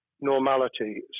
normality